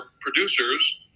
producers